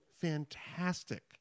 fantastic